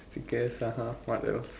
sneakers (uh huh) what else